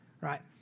right